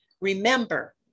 Remember